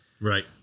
right